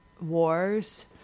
wars